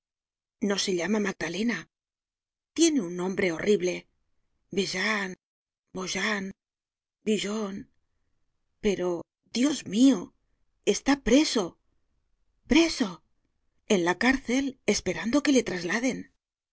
no se llama magdalena tiene un nombre horrible bejean bojean bujean pero dios mio está preso preso en la cárcel esperando que le trasladen